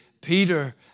Peter